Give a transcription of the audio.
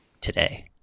today